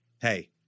Hey